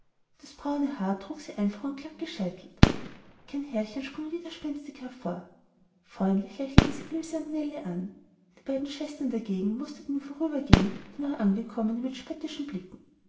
das braune haar trug sie einfach und glatt gescheitelt kein härchen sprang widerspenstig hervor freundlich lächelte sie ilse und nellie an die beiden schwestern dagegen musterten im vorübergehen die neuangekommene mit spöttischen blicken